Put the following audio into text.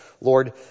Lord